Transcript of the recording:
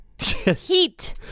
heat